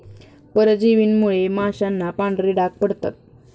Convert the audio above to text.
परजीवींमुळे माशांना पांढरे डाग पडतात